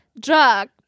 drug